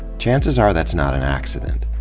chances are that's not an accident.